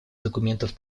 документов